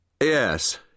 Yes